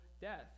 death